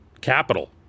capital